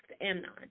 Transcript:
Amnon